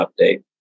update